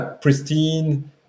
pristine